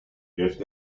wirft